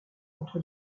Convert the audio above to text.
contre